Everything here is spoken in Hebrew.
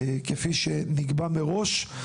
כפי שנקבע מראש.